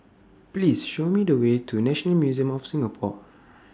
Please Show Me The Way to National Museum of Singapore